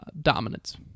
dominance